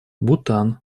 бутан